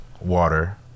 water